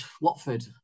Watford